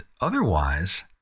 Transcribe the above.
otherwise